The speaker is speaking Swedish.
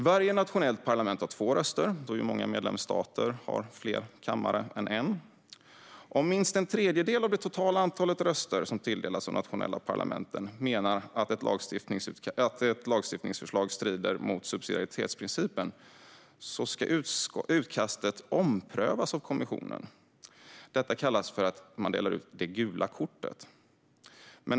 Varje nationellt parlament har två röster, då ju många medlemsstater har fler än en kammare. Om minst en tredjedel av det totala antalet röster som tilldelats de nationella parlamenten menar att ett lagstiftningsförslag strider mot subsidiaritetsprincipen ska utkastet omprövas av kommissionen. Detta kallas för att man delar ut det gula kortet.